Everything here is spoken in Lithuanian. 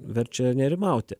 verčia nerimauti